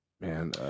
man